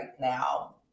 now